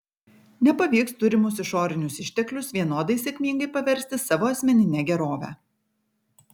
nepavyks turimus išorinius išteklius vienodai sėkmingai paversti savo asmenine gerove